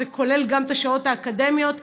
שזה כולל גם את השעות האקדמיות,